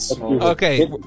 Okay